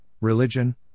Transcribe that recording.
religion